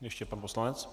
Ještě pan poslanec.